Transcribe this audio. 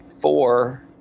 four